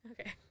Okay